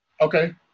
Okay